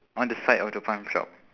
on the side of the farm shop